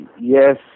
Yes